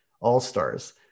all-stars